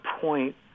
point